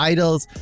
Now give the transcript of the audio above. Idol's